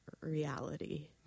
reality